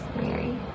Mary